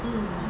mm